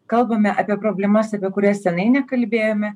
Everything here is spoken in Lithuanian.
kalbame apie problemas apie kurias senai nekalbėjome